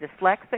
dyslexic